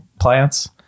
plants